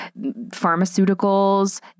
pharmaceuticals